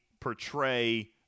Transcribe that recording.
portray